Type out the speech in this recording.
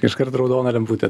iškart raudona lemputė